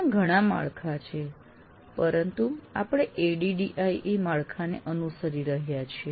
ત્યાં ઘણા માળખા છે પરંતુ આપણે ADDIE માળખાને અનુસરી રહ્યા છીએ